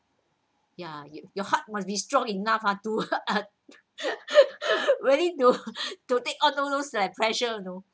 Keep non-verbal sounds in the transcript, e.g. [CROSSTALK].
ya your heart must be strong enough ah to uh [LAUGHS] really to to take on those like pressure you know